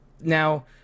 Now